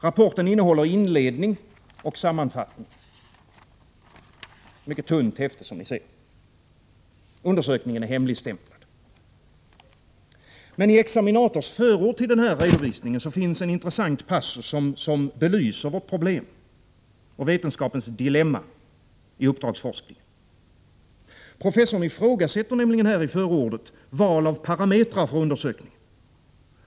Rapporten innehåller inledning och sammanfattning. Det är ett mycket tunt häfte. Undersökningen är hemligstämplad. Men i examinators förord till den här redovisningen finns det en intressant passus som belyser vårt problem och vetenskapens dilemma i uppdragsforskningen. Professorn ifrågasätter nämligen i förordet valet av parametrar för undersökningen.